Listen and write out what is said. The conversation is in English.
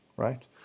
right